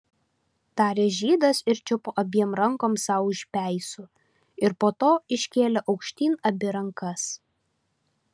tarė žydas ir čiupo abiem rankom sau už peisų ir po to iškėlė aukštyn abi rankas